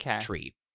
tree